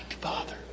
Father